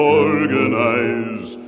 organize